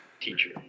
Teacher